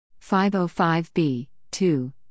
505b-2